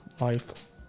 life